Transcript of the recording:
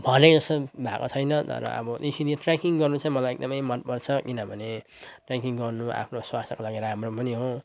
भनेको जस्तो भएको छैन तर अब त्यसरी ट्रेकिङ गर्नु चाहिँ मलाई एकदमै मनपर्छ किनभने ट्रेकिङ गर्नु आफ्नो स्वास्थ्यको लागि राम्रो पनि हो